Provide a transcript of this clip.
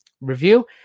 review